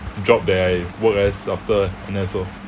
job that I work as after N_S lor